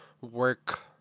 work